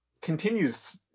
continues